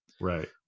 Right